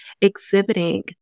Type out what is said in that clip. exhibiting